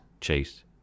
chase